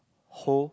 hole